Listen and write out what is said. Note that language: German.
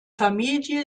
familie